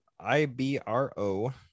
IBRO